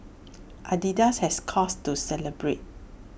Adidas has cause to celebrate